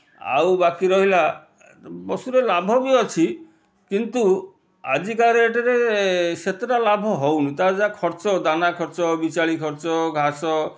ଆଉ ବାକି ରହିଲା ପଶୁର ଲାଭ ବି ଅଛି କିନ୍ତୁ ଆଜିକା ରେଟ୍ରେ ସେତେଟା ଲାଭ ହେଉନି ତା'ର ଯାହା ଖର୍ଚ୍ଚ ଦାନା ଖର୍ଚ୍ଚ ବିଚାଳି ଖର୍ଚ୍ଚ ଘାସ